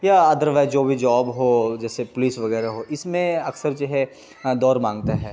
یا otherwise جو بھی جاب ہو جیسے پولیس وغیرہ ہو اس میں اکثر جو ہے دوڑ مانگتا ہے